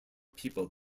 people